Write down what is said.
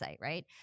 right